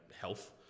health